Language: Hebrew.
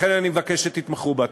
לכן אני מבקש שתתמכו בה.